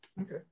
Okay